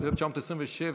ב-1927,